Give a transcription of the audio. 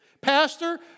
Pastor